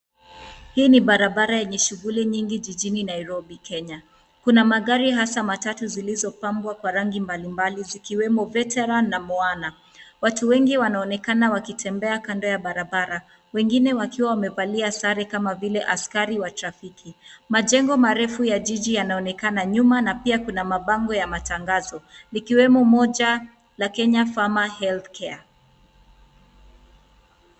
Hii ni barabara yenye shughuli nyingi jijini Nairobi, Kenya. Kuna magari hasa matatu zilizopambwa kwa rangi mbalimbali zikiwemo Veteran na Moana. Watu wengi wanaonekana wakitembea kando ya barabara, wengine wakiwa wamevalia sare kama vile askari wa trafiki. Majengo marefu ya jiji yanaonekana nyuma na pia kuna mabango ya matangazo., likiwemo moja la Kenya Farmers Health Care.